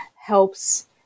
helps